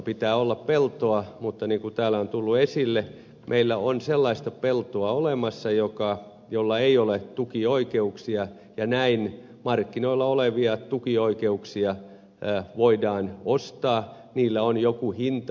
pitää olla peltoa mutta niin kuin täällä on tullut esille meillä on olemassa sellaista peltoa jolla ei ole tukioikeuksia ja näin markkinoilla olevia tukioikeuksia voidaan ostaa niillä on joku hinta